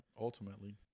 ultimately